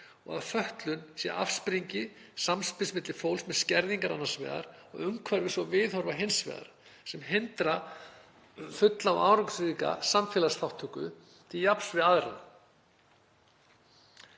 og að fötlun sé afsprengi samspils milli fólks með skerðingar annars vegar og umhverfis og viðhorfa hins vegar sem hindra fulla og árangursríka samfélagsþátttöku til jafns við aðra.